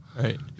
Right